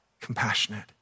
compassionate